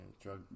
drug